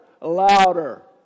louder